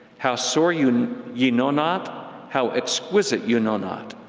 how sore you and you know not, how exquisite you know not,